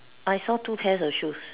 I saw two pairs of shoes